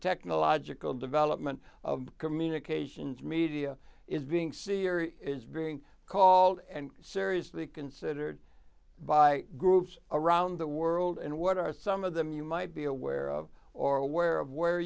technological development of communications media is being seen is being called and seriously considered by groups around the world and what are some of them you might be aware of or aware of where